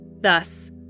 Thus